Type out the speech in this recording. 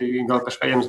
tai gal kažką jiems